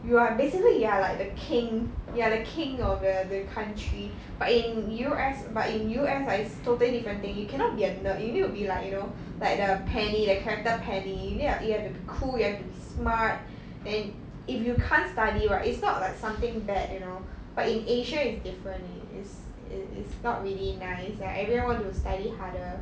you are basically you are like the king you are the king of the the country but in U_S but in U_S ah is totally different thing you cannot be a nerd you need to be like you know like the penny the character penny you need like you have to be cool you have to be smart and if you can't study right it's not like something bad you know but in asia it's different leh it's it is not really nice like everyone want to study harder